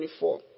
2024